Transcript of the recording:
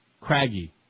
Craggy